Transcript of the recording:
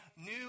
new